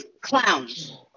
clowns